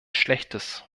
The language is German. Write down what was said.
schlechtes